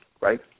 Right